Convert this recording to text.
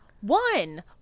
one